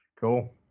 cool